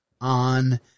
on